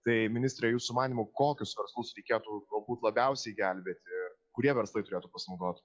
tai ministre jūsų manymu kokius verslus reikėtų galbūt labiausiai gelbėti kurie verslai turėtų pasinaudot